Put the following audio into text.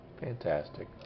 fantastic